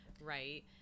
right